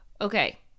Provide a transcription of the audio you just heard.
Okay